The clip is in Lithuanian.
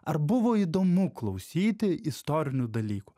ar buvo įdomu klausyti istorinių dalykų